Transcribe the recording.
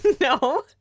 no